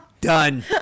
Done